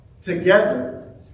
together